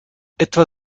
etwa